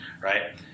Right